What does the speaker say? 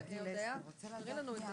הישיבה ננעלה